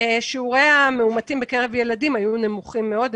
שיעורי המאומתים בקרב ילדים היו נמוכים מאוד.